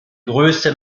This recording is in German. größte